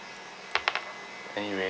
anyway